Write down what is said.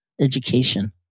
education